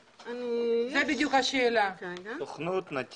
סוכנות, נתיב?